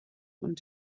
und